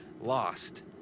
lost